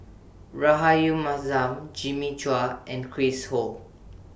Rahayu Mahzam Jimmy Chua and Chris Ho